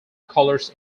colors